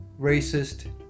racist